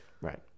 Right